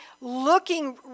looking